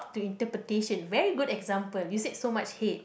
to interpretation very good example you said so much hate